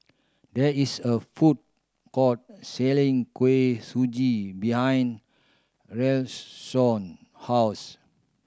there is a food court selling Kuih Suji behind Rayshawn house